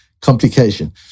complication